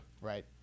Right